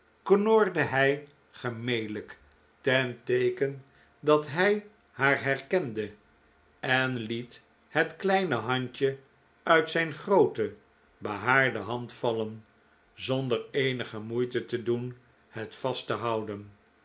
knorde hij gemelijk ten teeken dat hij haar herkende en liet het kleine handje uit zijn groote behaarde hand vallen zonder eenige moeite te doen het vast te houden